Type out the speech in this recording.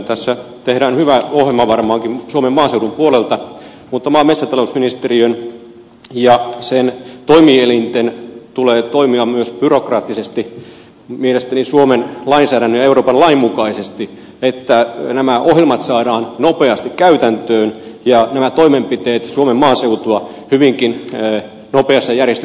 tässä tehdään hyvä ohjelma varmaankin suomen maaseudun puolelta mutta maa ja metsätalousministeriön ja sen toimielinten tulee toimia myös byrokraattisesti mielestäni suomen lainsäädännön ja euroopan lain mukaisesti että nämä ohjelmat saadaan nopeasti käytäntöön ja nämä toimenpiteet suomen maaseutua hyvinkin nopeassajärjestö